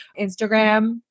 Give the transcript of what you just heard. Instagram